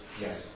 Yes